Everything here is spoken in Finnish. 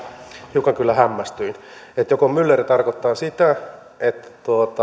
hiukan kyllä hämmästyin joko myller tarkoittaa sitä että